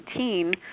18